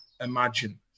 imagine